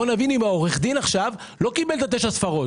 בואו נבין אם עורך הדין לא קיבל את תשע הספרות,